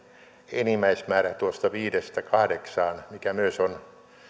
enimmäismäärä tuosta viidestä kahdeksaan mikä myös on